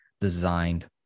designed